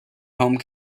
home